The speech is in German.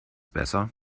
besser